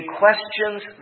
questions